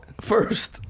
first